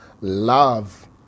love